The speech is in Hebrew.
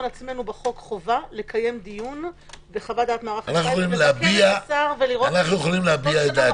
אנחנו יכולים להביע את דעתנו.